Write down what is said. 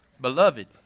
Beloved